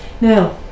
Now